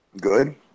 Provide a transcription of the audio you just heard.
good